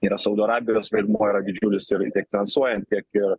yra saudo arabijos vaidmuo yra didžiulis ir tiek finansuojant tiek ir